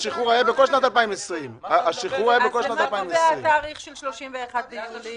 השחרור היה בכל שנת 2020. אז למה נוגע התאריך של 31 ביולי?